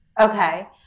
Okay